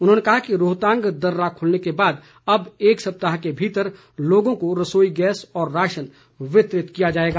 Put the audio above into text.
उन्होंने कहा कि रोहतांग दर्रा खुलने के बाद अब एक सप्ताह के भीतर लोगों को रसोई गैस और राशन वितरित किया जाएगा